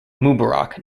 mubarak